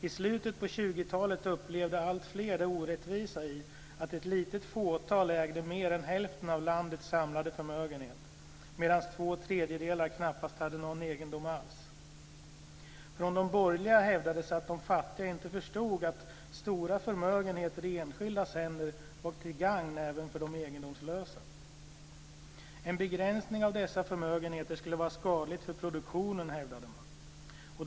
I slutet på 1920 talet upplevde alltfler det orättvisa i att ett litet fåtal ägde mer än hälften av landets samlade förmögenhet, medan två tredjedelar knappt hade någon egendom alls. Från de borgerliga hävdades att de fattiga inte förstod att stora förmögenheter i enskildas händer var till gagn även för de egendomslösa. En begränsning av dessa förmögenheter skulle vara skadligt för produktionen, hävdade man.